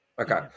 Okay